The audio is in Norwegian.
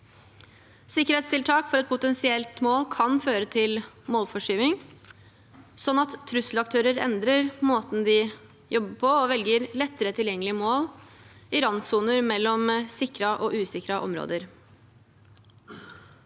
Sikkerhetstiltak for et potensielt mål kan føre til målforskyvning, slik at trusselaktører endrer måten de jobber på og velger lettere tilgjengelige mål i randsoner mellom sikrede og usikrede områder.